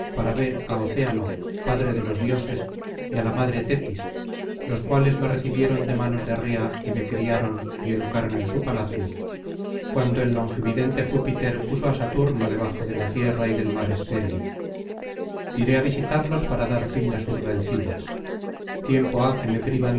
para ver á océano padre de los dioses y á la madre tetis los cuales me recibieron de manos de rea y me criaron y educaron en su palacio cuando el longividente júpiter puso á saturno debajo de la tierra y del mar estéril iré á visitarlos para dar fin á sus rencillas tiempo ha que se privan del